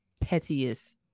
pettiest